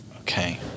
Okay